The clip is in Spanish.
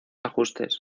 ajustes